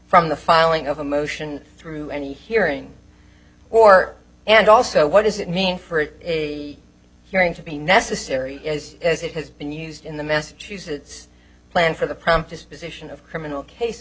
from the filing of a motion through any hearing or and also what does it mean for a hearing to be necessary is as it has been used in the massachusetts plan for the prompt this position of criminal case